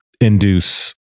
induce